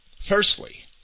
Firstly